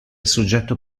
soggetto